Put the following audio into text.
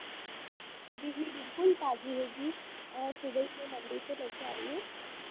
जी जी बिल्कुल ताज़ी है जी आज सुबह ही मैं मंडी से लेकर आ रही हूँ